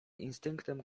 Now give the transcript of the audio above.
instynktem